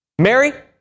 Mary